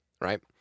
right